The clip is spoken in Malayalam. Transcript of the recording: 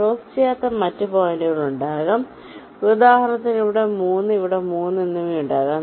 ക്രോസ് ചെയ്യാത്ത മറ്റ് പോയിന്റുകൾ ഉണ്ടാകാം ഉദാഹരണത്തിന് ഇവിടെ 3 ഇവിടെ 3 എന്നിവ ഉണ്ടാകാം